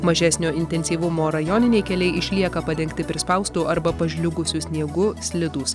mažesnio intensyvumo rajoniniai keliai išlieka padengti prispaustu arba pažliugusiu sniegu slidūs